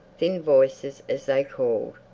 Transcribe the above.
thin voices as they called.